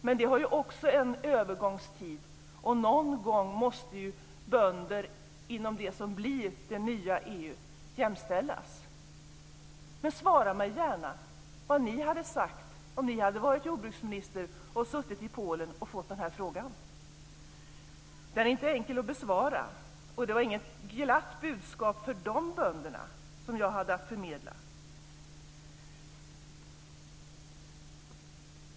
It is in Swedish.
Men det kan bara ske under en övergångstid, och någon gång måste bönder inom det som blir det nya EU jämställas. Svara gärna vad ni hade sagt om ni hade varit jordbruksministrar och suttit i Polen och fått denna fråga. Den är inte enkel att besvara, och det var inget glatt budskap för de bönderna som jag hade att förmedla.